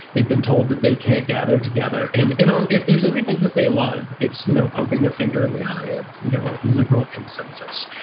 they've been told that they can't gather together. and and um if there's anything that they love, it's, you know, poking their finger in the eye of, you know, liberal consensus.